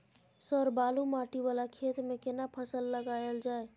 Sir बालू माटी वाला खेत में केना फसल लगायल जाय?